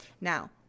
Now